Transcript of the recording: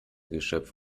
geschöpf